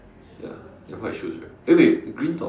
ya white shoes right eh wait green top